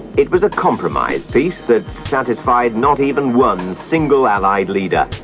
it was a compromise peace, that satisfied not even one single allied leaders,